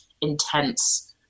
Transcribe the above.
intense